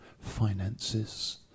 finances